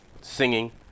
singing